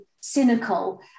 cynical